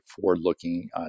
forward-looking